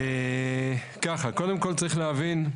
קודם כל יש להבין,